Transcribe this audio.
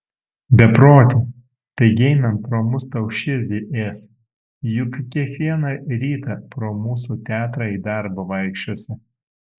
beproti taigi einant pro mus tau širdį ės juk kiekvieną rytą pro mūsų teatrą į darbą vaikščiosi